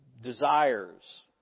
desires